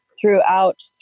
throughout